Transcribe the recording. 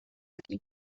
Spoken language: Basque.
daki